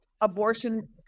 abortion